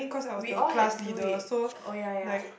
we all had to do it oh ya ya